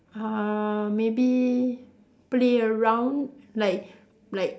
uh maybe play around like like